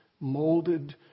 molded